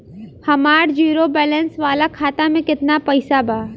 हमार zero balance वाला खाता में केतना पईसा बा?